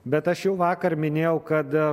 bet aš jau vakar minėjau kad